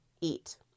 eat